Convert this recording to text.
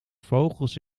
vogels